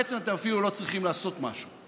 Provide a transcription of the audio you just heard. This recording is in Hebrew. בעצם אתם אפילו לא צריכים לעשות משהו,